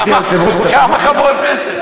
כמה חברות כנסת?